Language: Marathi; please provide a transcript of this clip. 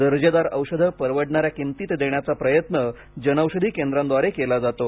दर्जेदार औषधं परवडणाऱ्या किंमतीत देण्याचा प्रयत्न जनौषधी केंद्रांद्वारे केला जातो